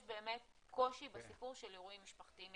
באמת קושי בסיפור של אירועים משפחתיים.